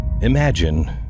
Imagine